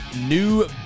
New